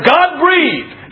God-breathed